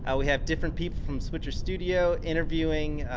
ah we have different people from switcher studio interviewing